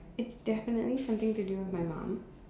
it's definitely something to do with my mom